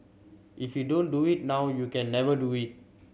if you don't do it now you can never do it